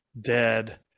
Dead